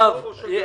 בושה.